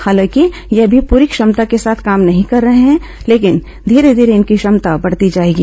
हालांकि ये अभी पूरी क्षमता के साथ काम नहीं कर रहे हैं लेकिन धीरे धीरे उनकी क्षमता बढ़ती जाएगी